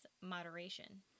moderation